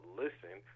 listen